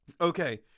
Okay